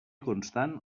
constant